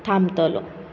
थांबतलो